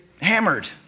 hammered